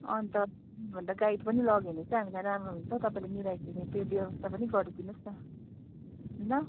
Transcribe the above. अन्त भन्दा गाइड पनि लग्यो भने चाहिँ हामीलाई राम्रो हुन्छ तपाईँलाई मिलाइदिने त्यो व्यवस्था पनि गरिदिनु होस् न ल